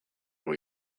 will